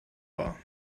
war